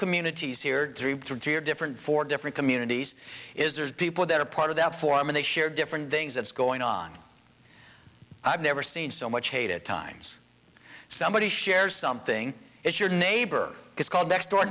communities here three to two you're different for different communities is there's people that are part of that form and they share different things that's going on i've never seen so much hate at times somebody share something if your neighbor is called next door